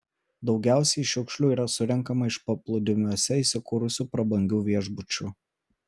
daugiausiai šiukšlių yra surenkama iš paplūdimiuose įsikūrusių prabangių viešbučių